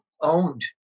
owned